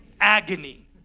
Agony